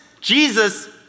Jesus